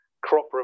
crop